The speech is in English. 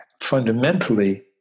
fundamentally